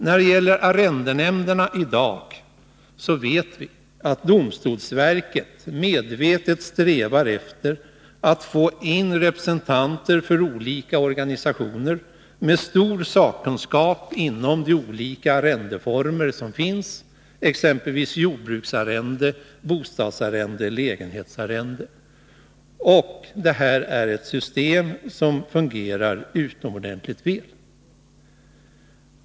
När det gäller arrendenämnderna vet vi att domstolsverket i dag medvetet strävar efter att få in representanter för olika organisationer med stor sakkunskap inom de olika arrendeformer som finns, exempelvis jordbruksarrende, bostadsarrende och lägenhetsarrende. Det här är ett system som fungerar utomordentligt väl.